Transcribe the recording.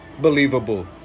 Believable